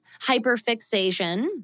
hyperfixation